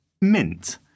mint